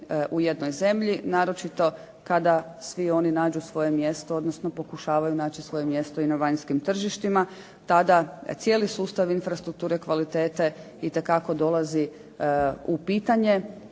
u jednoj zemlji naročito kada svi oni nađu svoje mjesto, odnosno pokušavaju naći svoje mjesto i na vanjskim tržištima. Tada cijeli sustav infrastrukture kvalitete itekako dolazi u pitanje